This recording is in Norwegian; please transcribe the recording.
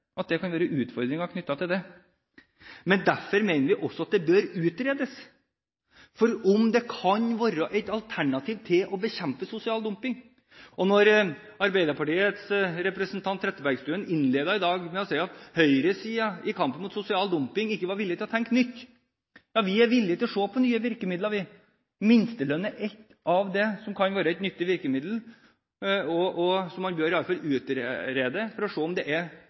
bør utredes om det kan være et alternativ til å bekjempe sosial dumping. Når Arbeiderpartiets representant Trettebergstuen innledet i dag med å si at høyresiden i kampen mot sosial dumping ikke var villig til å tenke nytt, vil jeg si at vi er villige til å se på nye virkemidler. Minstelønn er et eksempel på hva som kan være et nyttig virkemiddel, så man bør iallfall utrede det for å se om det kan være bra for å forhindre mer sosial dumping og skape mer anstendige arbeidsvilkår for alle ansatte, også utenlandske ansatte. Fremskrittspartiet er